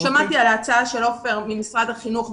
שמעתי על ההצעה של עופר ממשרד החינוך,